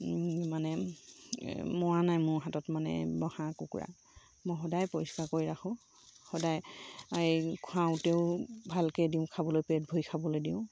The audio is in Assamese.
মানে মৰা নাই মোৰ হাতত মানে হাঁহ কুকুৰা মই সদায় পৰিষ্কাৰ কৰি ৰাখোঁ সদায় এই খোৱাওঁতেও ভালকৈ দিওঁ খাবলৈ পেট ভৰি খাবলৈ দিওঁ